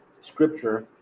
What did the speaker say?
scripture